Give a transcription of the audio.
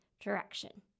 direction